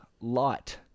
light